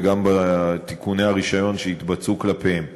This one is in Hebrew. וגם בתיקוני הרישיון שיתבצעו כלפיהן.